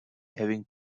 having